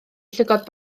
llygod